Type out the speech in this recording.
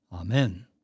Amen